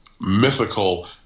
mythical